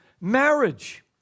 marriage